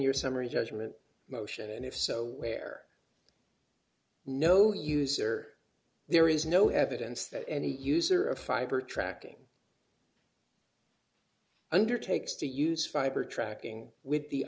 your summary judgment motion and if so where no user there is no evidence that any user of fiber tracking undertakes to use fiber tracking with the